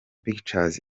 pictures